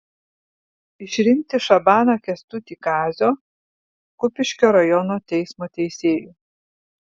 išrinkti šabaną kęstutį kazio kupiškio rajono teismo teisėju